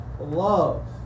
Love